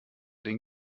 den